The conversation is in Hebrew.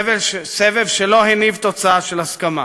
סבב שלא הניב תוצאה של הסכמה.